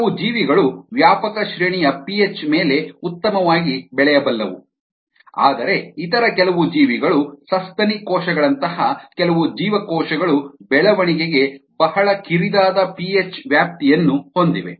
ಕೆಲವು ಜೀವಿಗಳು ವ್ಯಾಪಕ ಶ್ರೇಣಿಯ ಪಿಹೆಚ್ ಮೇಲೆ ಉತ್ತಮವಾಗಿ ಬೆಳೆಯಬಲ್ಲವು ಆದರೆ ಇತರ ಕೆಲವು ಜೀವಿಗಳು ಸಸ್ತನಿ ಕೋಶಗಳಂತಹ ಕೆಲವು ಜೀವಕೋಶಗಳು ಬೆಳವಣಿಗೆಗೆ ಬಹಳ ಕಿರಿದಾದ ಪಿಹೆಚ್ ವ್ಯಾಪ್ತಿಯನ್ನು ಹೊಂದಿವೆ